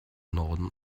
norden